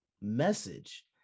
message